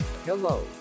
hello